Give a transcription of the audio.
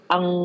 Ang